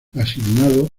asignado